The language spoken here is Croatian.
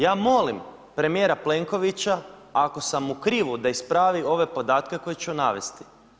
Ja molim premijera Plenkovića ako sam u krivu da ispravi ove podatke koje ću navesti.